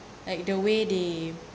like the way they